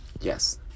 Yes